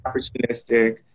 opportunistic